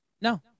No